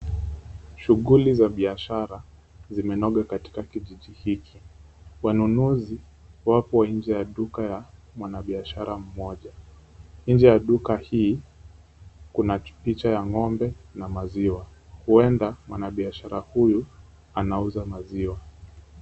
Shughuli za biashara zimenoga katika kijiji hiki. Wanunuzi wako nje ya duka ya biashara mmoja. Nje ya duka hili, kuna picha ya ng'ombe na maziwa. Huenda mwana biashara huyu huenda anauza maziwa.